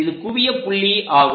இது குவிய புள்ளி ஆகும்